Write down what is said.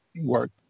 work